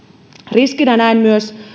riskinä näen myös